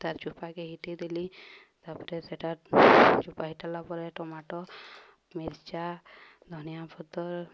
ତାର୍ ଚୋପାକେ ହିଟେଇ ଦେଲି ତା'ପରେ ସେଇଟା ଚୋପା ହେଇଟିଲା ପରେ ଟୋମାଟୋ ମିର୍ଚା ଧନିଆପତ୍ର